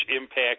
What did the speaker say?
impact